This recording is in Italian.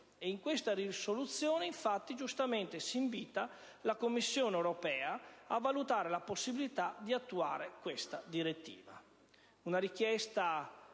e in questa risoluzione, giustamente, si invita la Commissione europea a valutare la possibilità di attuare questa direttiva: una richiesta,